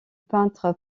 peintre